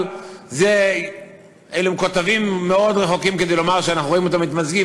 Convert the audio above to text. אבל אלה קטבים מאוד רחוקים מכדי לומר שאנחנו רואים אותם מתמזגים.